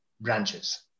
branches